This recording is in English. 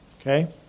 okay